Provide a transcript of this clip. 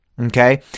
Okay